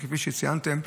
כפי שציינתם.